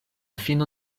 fino